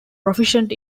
proficient